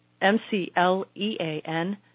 M-C-L-E-A-N